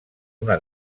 una